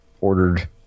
ordered